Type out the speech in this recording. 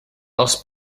els